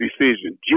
decision